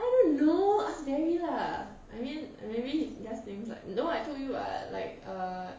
I don't know ask barry lah I mean maybe he just thinks like no I told you [what] like err